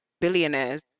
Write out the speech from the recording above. billionaires